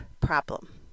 problem